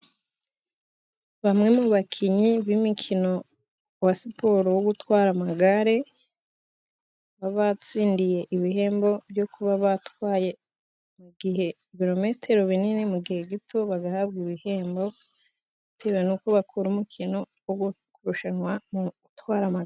Bamwe mu bakinnyi b'umukino wa siporo wo gutwara amagare, baba babatsindiye ibihembo byo kuba batwaye mu ibirometero binini mu gihe gito, bagahabwa ibihembo bitewe nuko bakora umukino wo kurushanwa mu gutwara moto.